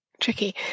tricky